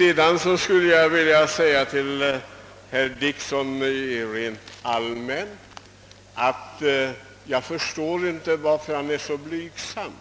Jag skulle vilja säga herr Dickson rent allmänt att jag inte förstår varför han är så blygsam.